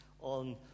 on